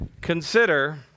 consider